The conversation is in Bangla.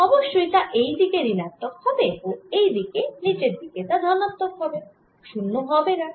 অবশ্যই তা এইদিকে ঋণাত্মক হবে ও এই দিকে নিচের দিকে তা ধনাত্মক হবে ও শূন্য হবেনা